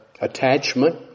attachment